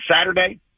Saturday